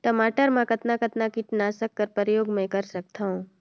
टमाटर म कतना कतना कीटनाशक कर प्रयोग मै कर सकथव?